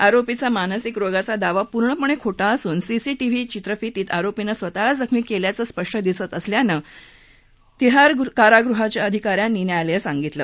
आरोपीचा मानसिक रोगाचा दावा पूर्णपणे खोटा असून सीसीटीव्ही चित्रफितीत आरोपीनंच स्वतःला जखमी केल्याचं स्पष्ट दिसत असल्याचं तिहार कारागृह अधिका यांनी न्यायालयाला सांगितलं